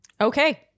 Okay